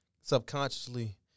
subconsciously